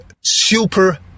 super